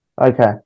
Okay